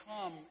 come